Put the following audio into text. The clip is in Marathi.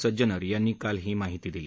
सज्जनर यांनी काल ही माहिती दिली